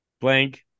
blank